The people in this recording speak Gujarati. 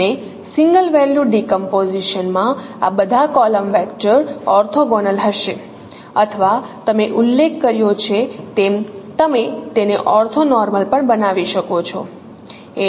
અને સિંગલ વેલ્યુ ડીકમ્પોઝિશન માં આ બધા કોલમ વેક્ટર ઓર્થોગોનલ હશે અથવા તમે ઉલ્લેખ કર્યો છે તેમ તમે તેને ઓર્થોનર્મલ પણ બનાવી શકો છો